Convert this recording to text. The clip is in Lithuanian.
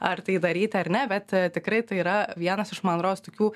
ar tai daryti ar ne bet ee tikrai tai yra vienas iš man rodos tokių